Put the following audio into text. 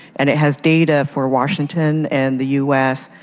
and it has data for washington and the u s.